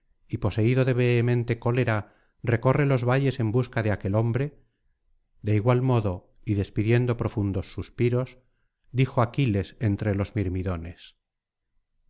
y poseído de vehemente cólera recorre los valles en busca de aquel hombre de igual modo y despidiendo profundos suspiros dijo aquiles entre los